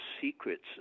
secrets